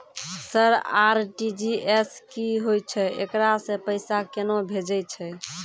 Sir RTGS की होय छै, एकरा से पैसा केना भेजै छै?